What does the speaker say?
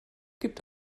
gibt